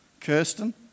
Kirsten